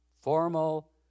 formal